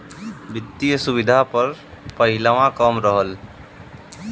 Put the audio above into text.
वित्तिय सुविधा प हिलवा कम रहल